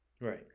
Right